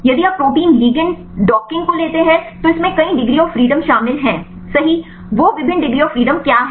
यदि आप protein ligand docking को लेते हैं तो इसमें कई डिग्री ऑफ़ फ्रीडम शामिल हैं हैं सही वो विभिन्न डिग्री ऑफ़ फ्रीडम क्या है